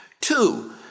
Two